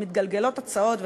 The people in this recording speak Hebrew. מתגלגלות הצעות,